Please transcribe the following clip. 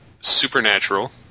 Supernatural